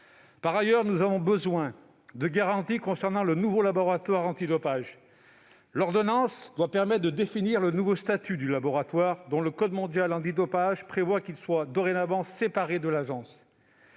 Par ailleurs, nous avons besoin de garanties concernant le nouveau laboratoire antidopage. L'ordonnance doit définir le nouveau statut du laboratoire, dont le code mondial antidopage prévoit qu'il doit être dorénavant séparé de l'Agence.